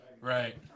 Right